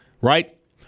right